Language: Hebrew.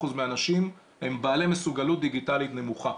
מהאנשים הם בעלי מסוגלות דיגיטלית נמוכה,